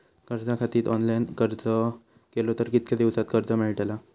कर्जा खातीत ऑनलाईन अर्ज केलो तर कितक्या दिवसात कर्ज मेलतला?